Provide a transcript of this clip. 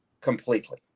completely